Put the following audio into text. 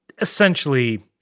essentially